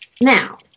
Now